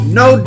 no